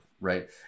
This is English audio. right